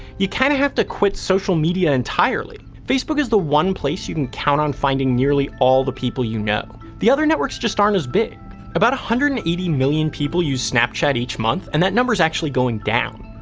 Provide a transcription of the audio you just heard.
you kinda have to quit social media entirely. facebook is the one place you can count on finding nearly all the people you know. the other networks just aren't as big. about one hundred and eighty million people use snapchat each month, and that number's actually going down.